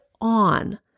on